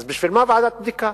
אז בשביל מה ועדת בדיקה?